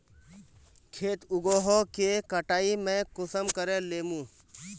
खेत उगोहो के कटाई में कुंसम करे लेमु?